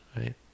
right